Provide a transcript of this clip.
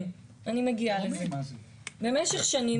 במשך שנים,